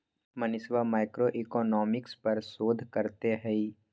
मनीषवा मैक्रोइकॉनॉमिक्स पर शोध करते हई